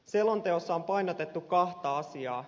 selonteossa on painotettu kahta asiaa